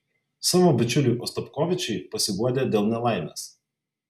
savo bičiuliui ostapkovičiui pasiguodė dėl nelaimės